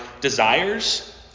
desires